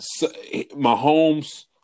Mahomes –